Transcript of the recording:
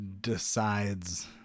decides